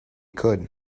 could